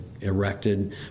erected